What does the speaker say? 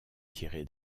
tiré